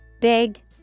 Big